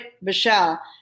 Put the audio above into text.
michelle